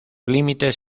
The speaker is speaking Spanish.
límites